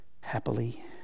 happily